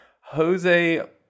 Jose